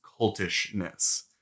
cultishness